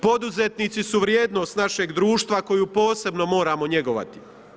Poduzetnici su vrijednost našeg društva koju posebno moramo njegovati.